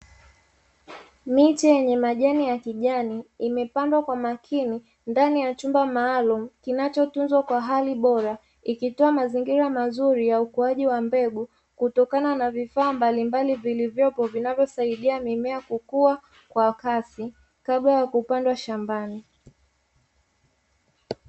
Miche yenye majani ya kijani imepandwa kwa makini ndani ya chumba maalumu kinachotunzwa kwa hali bora, ikitoa mazingira mazuri ya ukuaji wa mbegu, kutokana na vifaa mbalimbali vilivyopo vinavyosaidia mimea kukua kwa kasi kabla ya kupandwa shambani.